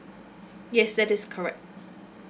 yes that is correct